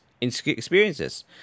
experiences